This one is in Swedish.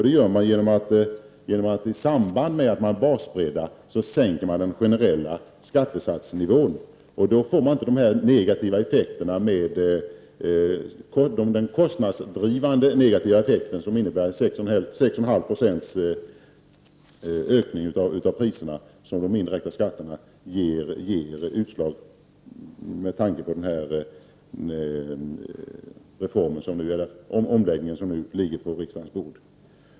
Det kan man göra genom att i samband med att man breddar basen sänker den generella nivån på skattesatsen. Då får man inte de kostnadsdrivande negativa effekter som skulle innebära en ökning av priserna med 6,5 96, vilket skulle bli fallet med de indirekta skatter som föreslås i den reform som nu ligger på riksdagens bord.